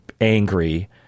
angry